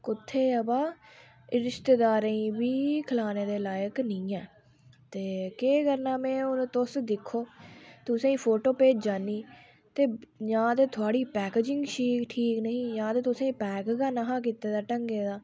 कुत्थै अबा रिश्तेदारें गी बी खलानै दे लायक निं ऐ ते केह् करना में हून तुस दिक्खो तुसें गी फोटो भेजा नी जां ते थुआढ़ी पैकेजिंग शीक ठीक निं ही जां तुसें पैक गै निहां कीते दा ढंगै दा